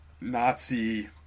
Nazi